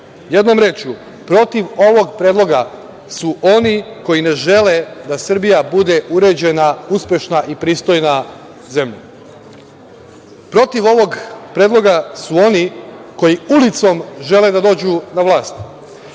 Jednom rečju, protiv ovog predloga su oni koji ne žele da Srbija bude uređena, uspešna i pristojna zemlja. Protiv ovog predloga su oni koji ulicom žele da dođu na vlast.